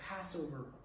Passover